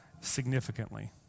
significantly